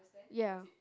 ya